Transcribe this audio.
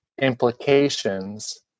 implications